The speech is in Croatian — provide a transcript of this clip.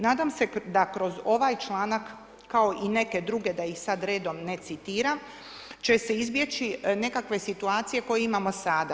Nadam se da kroz ovaj članak, kao i neke druge, da ih sada redom ne citiram, će se izbjeći nekakve situacije koje imamo sada.